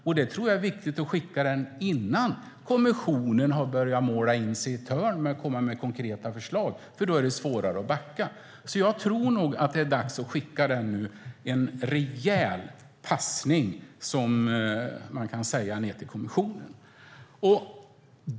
Jag tror att det är viktigt att skicka den signalen innan kommissionen har börjat måla in sig i ett hörn och komma med konkreta förslag, för då är det svårare att backa. Jag tror alltså att det nu är dags att skicka en rejäl passning ned till kommissionen.